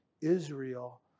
Israel